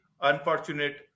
unfortunate